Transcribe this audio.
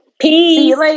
Peace